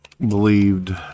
believed